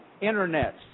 Internet